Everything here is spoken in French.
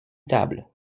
tables